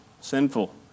sinful